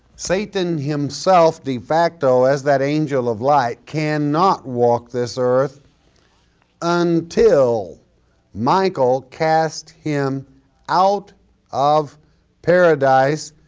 satan himself defacto as that angel of light cannot walk this earth until michael cast him out of paradise,